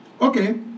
Okay